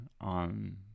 on